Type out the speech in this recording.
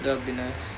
the venice